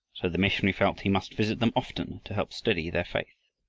so the missionary felt he must visit them often to help steady their faith.